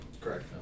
Correct